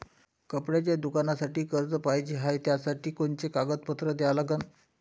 कपड्याच्या दुकानासाठी कर्ज पाहिजे हाय, त्यासाठी कोनचे कागदपत्र द्या लागन?